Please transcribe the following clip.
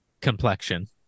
complexion